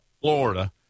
Florida